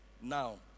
now